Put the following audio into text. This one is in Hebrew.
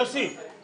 אתה מתבלבל.